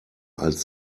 als